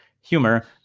humor